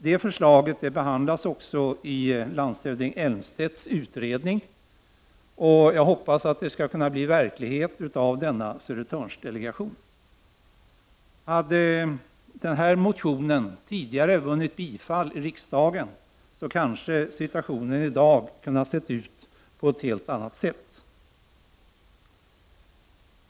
Det förslaget behandlas också i landshövding Elmstedts utredning, och jag hoppas att Södertörnsdelegationen skall kunna bli verklighet. Hade den motionen tidigare vunnit bifall i riksdagen, kanske situationen i dag kunnat se ut på ett helt annat sätt.